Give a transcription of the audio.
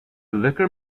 liqueur